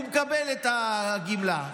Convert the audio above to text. הוא מקבל את הגמלה,